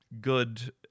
good